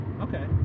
Okay